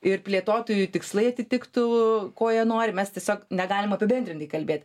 ir plėtotojų tikslai atitiktų ko jie nori mes tiesiog negalim apibendrintai kalbėt